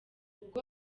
ubwo